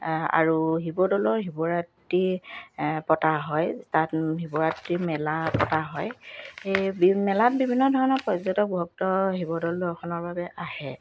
আৰু শিৱদৌলৰ শিৱৰাত্ৰি পতা হয় তাত শিৱৰাত্ৰি মেলা পতা হয় মেলাত বিভিন্ন ধৰণৰ পৰ্যটক ভক্ত শিৱদৌল দৰ্শনৰ বাবে আহে